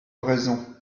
raison